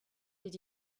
did